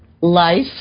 life